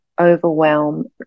overwhelm